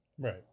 Right